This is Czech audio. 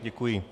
Děkuji.